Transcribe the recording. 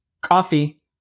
coffee